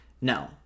no